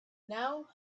now